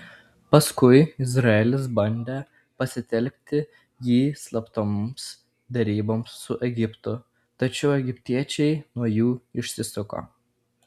paskui izraelis bandė pasitelkti jį slaptoms deryboms su egiptu tačiau egiptiečiai nuo jų išsisuko